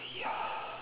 ya